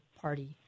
party